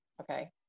okay